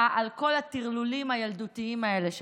על כל הטרלולים הילדותיים האלה שלך?